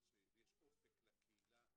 ויש אופק לקהילה,